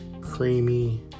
Creamy